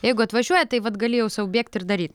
jeigu atvažiuoja tai vat gali jau sau bėgt ir daryt